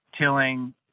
tilling